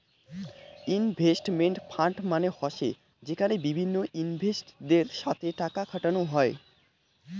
investment fund মানে হসে যেখানে বিভিন্ন ইনভেস্টরদের সাথে টাকা খাটানো হই